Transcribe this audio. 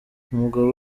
umugabo